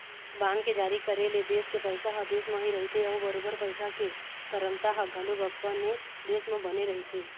bond के जारी करे ले देश के पइसा ह देश म ही रहिथे अउ बरोबर पइसा के तरलता ह घलोक अपने देश म बने रहिथे